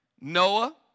Noah